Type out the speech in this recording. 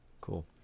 Cool